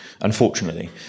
unfortunately